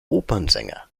opernsänger